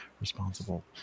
responsible